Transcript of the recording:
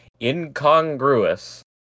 incongruous